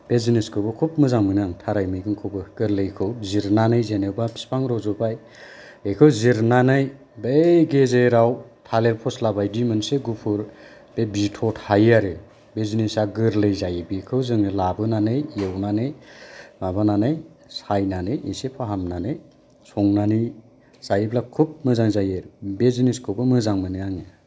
बे जिनिसखौबो खोब मोजां मोनो आं थाराय मैगंखौबो गोरलैखौ जिरनानै जेनेबा बिफां रज'बाय बेखौ जिरनानै बै गेजेराव थालिर फस्ला बायदि मोनसे गुफुर बे बिथ' थायो आरो बे जिनिसा गोरलै जायो बेखौ जोङो लाबोनानै एवनानै माबानानै सायनानै इसे फाहामनानै संनानै जायोब्ला खोब मोजां जायो आरो बे जिनिसखौबो मोजां मोनो आङो